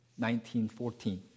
1914